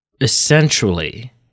essentially